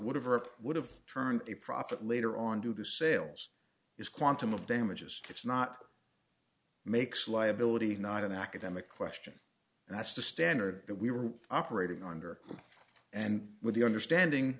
would have or would have turned a profit later on due to sales is quantum of damages it's not makes liability not an academic question and that's the standard that we were operating under and with the understanding